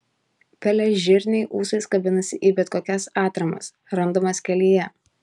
pelėžirniai ūsais kabinasi į bet kokias atramas randamas kelyje